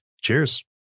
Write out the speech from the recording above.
Cheers